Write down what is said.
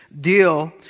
deal